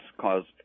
caused